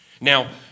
Now